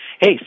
hey